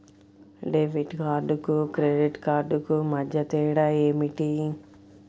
Debit కార్డుకు credit కార్డుకు మధ్య తేడా ఏమిటీ?